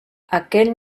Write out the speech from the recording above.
aquel